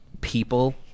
people